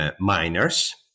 miners